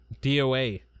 DOA